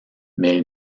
mais